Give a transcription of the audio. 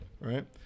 Right